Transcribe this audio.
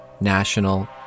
national